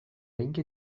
اینکه